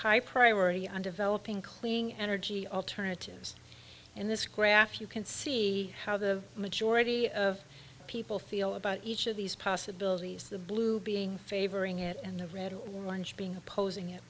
high priority on developing clean energy alternatives in this graph you can see how the majority of people feel about each of these possibilities the blue being favoring it and the red one should being opposing it